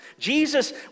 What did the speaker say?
Jesus